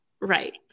Right